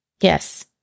Yes